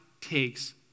takes